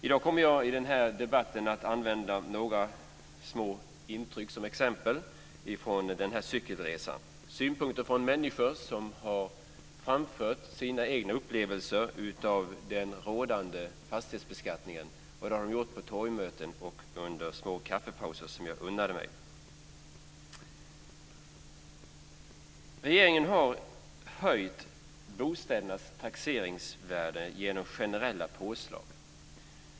I dag kommer jag i debatten att använda några små intryck från cykelresan som exempel. Det är synpunkter från människor som har framfört sina egna upplevelser av den rådande fastighetsbeskattningen. Det har de gjort på torgmöten och under små kaffepauser som jag unnade mig. Regeringen har höjt bostädernas taxeringsvärde genom generella påslag.